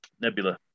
Nebula